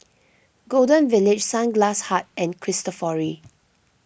Golden Village Sunglass Hut and Cristofori